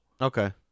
Okay